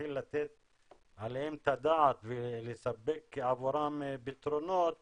להתחיל לתת עליהן את הדעת ולספק עבורן פתרונות